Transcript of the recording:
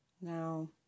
Now